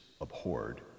abhorred